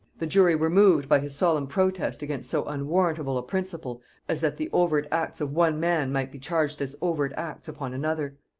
the jury were moved by his solemn protest against so unwarrantable a principle as that the overt acts of one man might be charged as overt acts upon another.